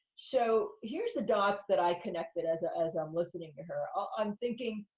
so, here's the dots that i connected as ah as i'm listening to her. ah i'm thinking,